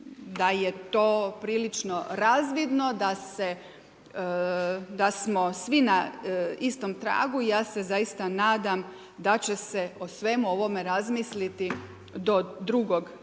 da je to prilično razvidno da smo svi na istom tragu i ja se zaista nadam da će se o svemu ovome razmisliti do drugog čitanja